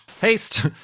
Haste